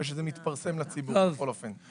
וזה מתפרסם לציבור בכל אופן.